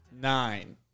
nine